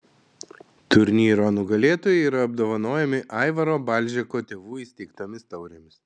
turnyro nugalėtojai yra apdovanojami aivaro balžeko tėvų įsteigtomis taurėmis